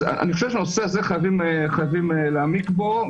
אני חושב שבנושא הזה חייבים להעמיק בו.